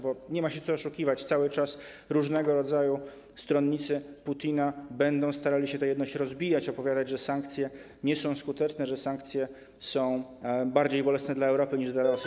Bo nie ma się co oszukiwać: cały czas różnego rodzaju stronnicy Putina będą starali się tę jedność rozbijać, opowiadać, że sankcje nie są skuteczne, że sankcje są bardziej bolesne dla Europy niż dla Rosji.